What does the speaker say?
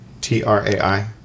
T-R-A-I